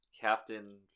Captain